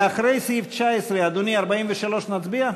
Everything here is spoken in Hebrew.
לאחרי סעיף 19, אדוני, 43, נצביע?